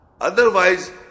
Otherwise